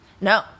No